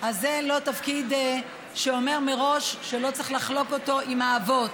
זה לא תפקיד שאומר מראש שלא צריך לחלוק אותו עם האבות.